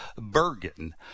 Bergen